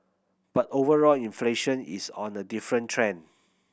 but overall inflation is on a different trend